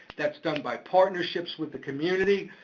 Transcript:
that's done by partnerships with the community,